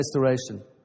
restoration